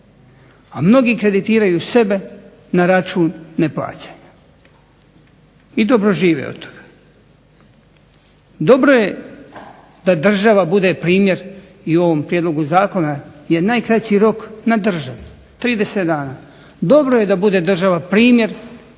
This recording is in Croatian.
A mnogi kreditiraju sebe na račun neplaćanja i dobro žive od toga. Dobro je da država bude primjer i u ovom Prijedlogu zakona je najkraći rok na državi, 30 dana. dobro je da bude država primjer